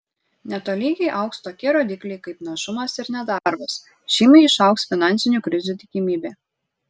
netolygiai augs tokie rodikliai kaip našumas ir nedarbas žymiai išaugs finansinių krizių tikimybė